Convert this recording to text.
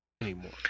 anymore